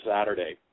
Saturday